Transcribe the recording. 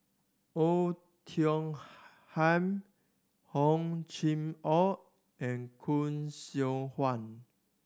Oei Tiong Ham Hor Chim Or and Khoo Seok Wan